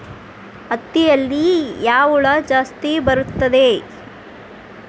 ಹತ್ತಿಯಲ್ಲಿ ಯಾವ ಹುಳ ಜಾಸ್ತಿ ಬರುತ್ತದೆ?